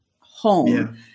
home